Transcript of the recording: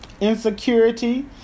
insecurity